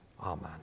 Amen